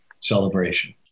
celebration